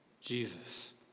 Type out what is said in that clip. Jesus